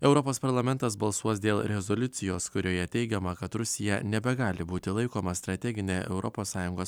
europos parlamentas balsuos dėl rezoliucijos kurioje teigiama kad rusija nebegali būti laikoma strategine europos sąjungos